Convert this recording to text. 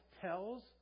tells